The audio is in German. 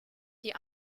die